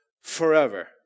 forever